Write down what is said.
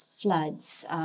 floods